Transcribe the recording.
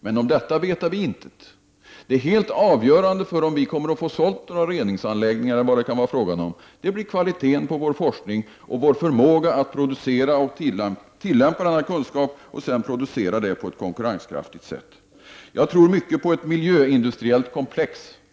Men om detta veta vi intet. Det blir kvaliteten på forskningen, förmågan att producera och tilllämpa denna kunskap och sedan producera det på ett konkurrenskraftigt sätt som blir avgörande för om vi kan sälja några reningsanläggningar osv. Jag tror mycket på ett miljöindustriellt komplex.